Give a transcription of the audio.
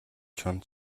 чоно